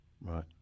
Right